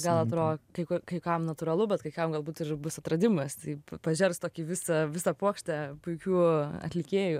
gal atrodo kai kai kam natūralu bet kai kam galbūt ir bus atradimas taip pažers tokį visą visą puokštę puikių atlikėjų